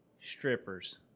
Strippers